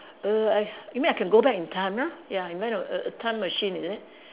err I you mean I can go back in time ah ya invent a a time machine is it